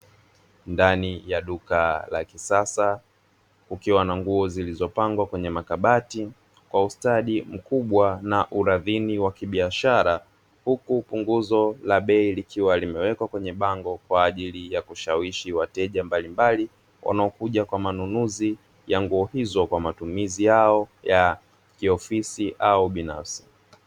Ndani ya duka la kisasa kukiwa na nguo zilizopangwa kwenye makabati kwa ustadi mkubwa na uradhini wa kibiashara, huku punguzo la bei likiwa limewekwa kwenye bango kwa ajili ya kushawishi wateja mbalimbali, wanaokuja kwa manunuzi ya nguo hizo kwa matumizi yao ya ofisi au binafsi.